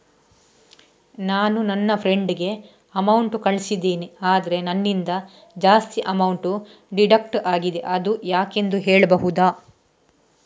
ನಾನು ನನ್ನ ಫ್ರೆಂಡ್ ಗೆ ಅಮೌಂಟ್ ಕಳ್ಸಿದ್ದೇನೆ ಆದ್ರೆ ನನ್ನಿಂದ ಜಾಸ್ತಿ ಅಮೌಂಟ್ ಡಿಡಕ್ಟ್ ಆಗಿದೆ ಅದು ಯಾಕೆಂದು ಹೇಳ್ಬಹುದಾ?